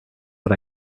but